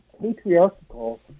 patriarchal